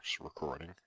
RECORDING